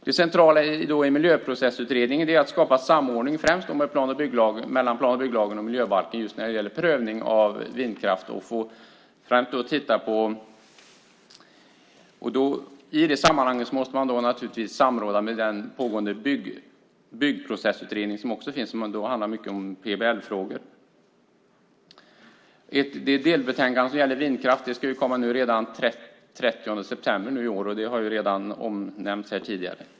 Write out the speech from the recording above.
Det centrala i Miljöprocessutredningen är att skapa samordning, främst mellan plan och bygglagen och miljöbalken, just när det gäller prövning av vindkraft. I det sammanhanget måste man naturligtvis samråda med den pågående Byggprocessutredningen, som handlar mycket om PBL-frågor. Det delbetänkande som gäller vindkraft ska komma redan den 30 september nu i år, och det har redan omnämnts här tidigare.